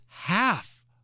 half